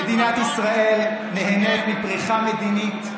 שמדינת ישראל נהנית מפריחה מדינית,